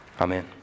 Amen